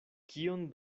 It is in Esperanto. kion